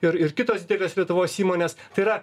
ir ir kitos didelės lietuvos įmonės tai yra